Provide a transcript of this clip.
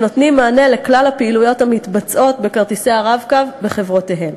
שנותנים מענה לכלל הפעילויות המתבצעות בכרטיסי ה"רב-קו" בחברותיהם.